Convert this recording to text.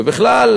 ובכלל,